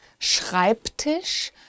Schreibtisch